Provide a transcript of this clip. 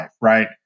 right